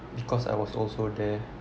because I was also there